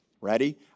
Ready